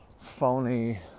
phony